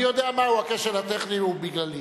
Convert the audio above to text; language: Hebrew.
אני יודע מהו הכשל הטכני, הוא בגללי.